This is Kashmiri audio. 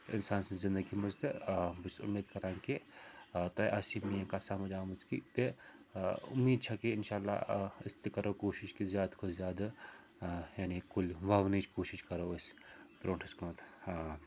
اِنسان سٕنٛز زِنٛدگی منٛز تہٕ آ بہٕ چھُس اُمید کَران کہِ آ تۄہہِ آسہِ میٛٲنۍ کَتھ سَمٕج آمٕژ کہِ تہِ آ اُمیٖد چھ کہِ اِنشاء اللہ آ أسۍ تہِ کَرو کوٗشِش کہِ زیادٕ کھۄتہٕ زیادٕ یعنی کُلۍ وَونٕچ کوٗشِش کَرو أسۍ بٛرونٛٹھ کُنَتھ